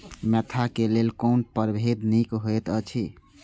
Mentha क लेल कोन परभेद निक होयत अछि?